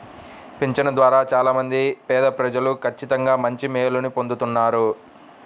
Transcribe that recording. పింఛను ద్వారా చాలా మంది పేదప్రజలు ఖచ్చితంగా మంచి మేలుని పొందుతున్నారు